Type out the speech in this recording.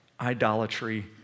idolatry